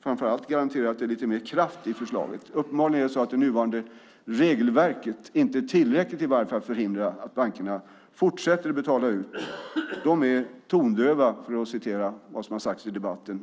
framför allt garanterar att det är lite mer kraft i förslaget. Uppenbarligen förhindrar det nuvarande regelverket inte tillräckligt att bankerna fortsätter att betala ut. De är tondöva, som det har sagts i debatten.